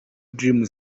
dream